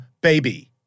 baby